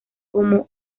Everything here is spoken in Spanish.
como